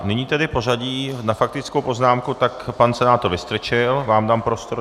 Nyní tedy pořadí na faktickou poznámku, tak pan senátor Vystrčil, vám dám prostor.